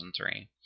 2003